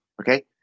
Okay